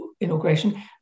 inauguration